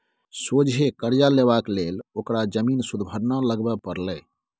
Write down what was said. सोझे करजा लेबाक लेल ओकरा जमीन सुदभरना लगबे परलै